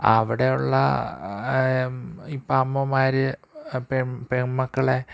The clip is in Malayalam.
അവിടെയുള്ള ഇപ്പോള് അമ്മമാര് പെണ് പെണ്മക്കളെ